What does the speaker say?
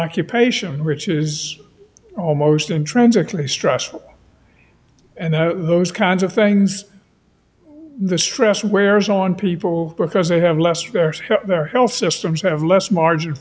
occupation which is almost in transit clearly stressful and the most kinds of things the stress wears on people because they have less for their health systems have less margin